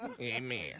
Amen